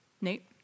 Nate